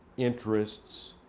interests,